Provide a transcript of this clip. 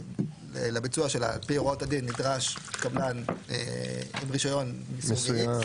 שלביצוע שלה על פי הוראות הדין נדרש קבלן עם רישיון מסוג X,